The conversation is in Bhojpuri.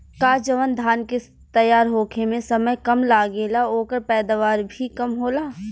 का जवन धान के तैयार होखे में समय कम लागेला ओकर पैदवार भी कम होला?